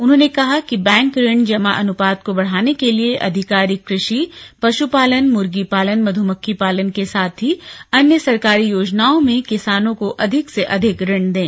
उन्होंने कहा कि बैंक ऋण जमा अनुपात को बढ़ाने के लिए अधिकारी कृषि पशुपालन मुर्गी पालन मधुमक्खी पालन के साथ ही अन्य सरकारी योजनाओं में किसानों को अधिक से अधिक ऋण दें